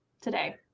today